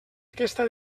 aquesta